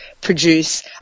produce